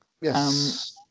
Yes